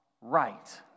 right